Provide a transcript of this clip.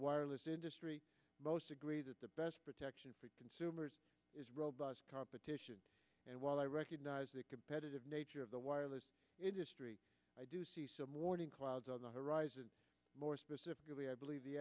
wireless industry most agree that the best protection for consumers is robust competition and while i recognize the competitive nature of the wireless industry i do see some morning clouds on the horizon more specifically i believe the